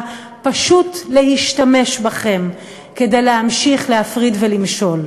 פשוט להשתמש בכם כדי להמשיך להפריד ולמשול.